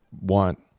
want